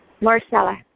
Marcella